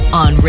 on